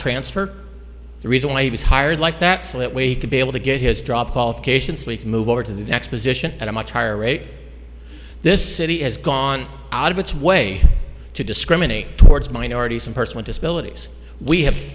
transfer the reason why he was hired like that so that we could be able to get his drop qualifications leak move over to the next position at a much higher rate this city has gone out of its way to discriminate towards minorities in person with disabilities we have